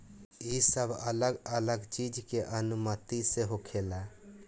ई सब अलग अलग चीज के अनुमति से होखेला